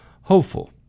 hopeful